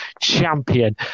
champion